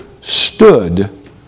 stood